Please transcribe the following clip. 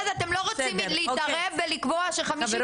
מצד אחד אתם לא רוצים להתערב ולקבוע ש- 50